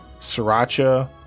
sriracha